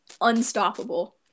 unstoppable